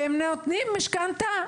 ואם נותנים משכנתה,